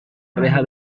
reja